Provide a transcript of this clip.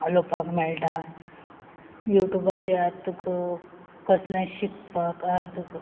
उलोवपाक मेळटा युट्यूबाचेर आतां तुका कसलें शिकपाक आ तुक